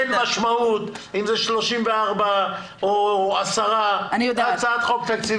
אין משמעות אם זה 34 או 10. זו הצעת חוק תקציבית.